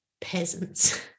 peasants